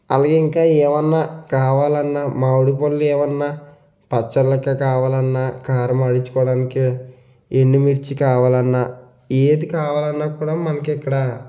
అవి ఇంకా ఏవన్నా కావాలన్నా మామిడి పండ్లు ఏమన్నా పచ్చళ్ళకి కావాలన్నా కారం ఆడించుకోడానికి ఎండుమిర్చి కావాలన్నా ఏది కావాలన్నా కూడా మనకి ఇక్కడ